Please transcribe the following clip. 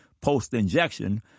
post-injection